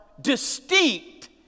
distinct